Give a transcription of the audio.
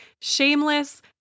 shameless